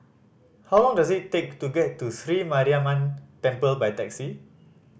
how long does it take to get to Sri Mariamman Temple by taxi